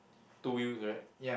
two wheels right